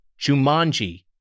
Jumanji